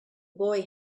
boy